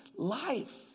life